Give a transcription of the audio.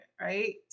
right